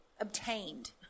obtained